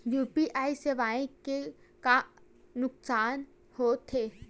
UPI सेवाएं के का नुकसान हो थे?